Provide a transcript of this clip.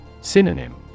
Synonym